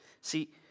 See